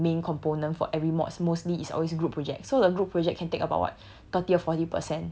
marketing one of the main component for every mods mostly is always group projects so the group projects can take about what